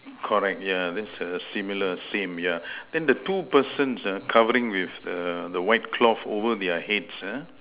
correct yeah that's err similar same yeah then the two persons uh covering with the the white cloth over their heads uh